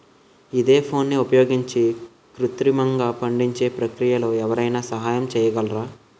ఈథెఫోన్ని ఉపయోగించి కృత్రిమంగా పండించే ప్రక్రియలో ఎవరైనా సహాయం చేయగలరా?